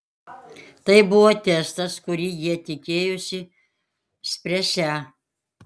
tai buvo testas kurį jie tikėjosi spręsią